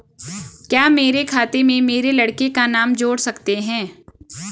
क्या मेरे खाते में मेरे लड़के का नाम जोड़ सकते हैं?